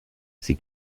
sie